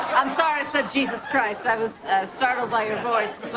i'm sorry i said jesus christ. i was startled by your voice.